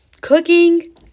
cooking